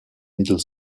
middle